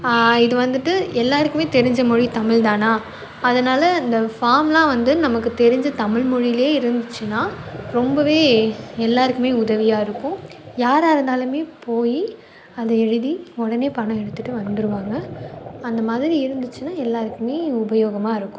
இது வந்துவிட்டு எல்லாருக்குமே தெரிந்த மொழி தமிழ் தானே அதனால் இந்த ஃபார்ம்லாம் வந்து நமக்கு தெரிந்த தமிழ்மொழியிலே இருந்துச்சினால் ரொம்பவே எல்லாருக்குமே உதவியாக இருக்கும் யாராக இருந்தாலுமே போய் அதை எழுதி உடனே பணம் எடுத்துகிட்டு வந்துடுவாங்க அந்த மாதிரி இருந்துச்சுனால் எல்லாருக்குமே உபயோகமாக இருக்கும்